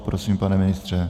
Prosím, pane ministře.